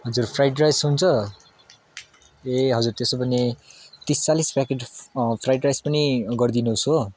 हजुर fried rice हुन्छ ए हजुर त्यसो भने तिस चालिस प्याकेट फ्राइड राइस पनि गरिदिनुस हो